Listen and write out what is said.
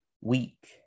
Weak